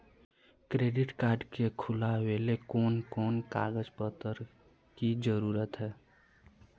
Credit card के खुलावेले कोन कोन कागज पत्र की जरूरत है?